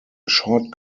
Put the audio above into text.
short